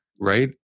right